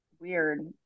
weird